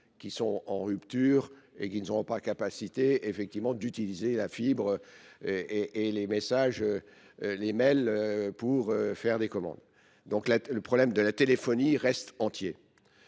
qui sont en rupture et qui n'auront pas capacité effectivement d'utiliser la fibre et les messages, les mails pour faire des commandes. Donc le problème de la téléphonie reste entier.